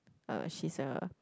uh she's a